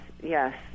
yes